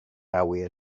awyr